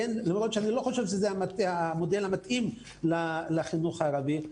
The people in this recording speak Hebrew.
למרות שאני לא חושב שזה המודל המתאים לחינוך הערבי,